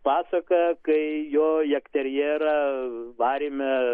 pasaka kai jo jagterjerą varėme